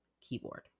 keyboard